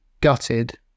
gutted